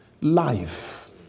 life